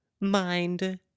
mind